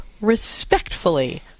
respectfully